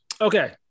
Okay